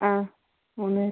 ആ മൂന്ന് നേരം